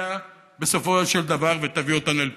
שתגיע בסופו של דבר ותביא אותנו אל פרקה.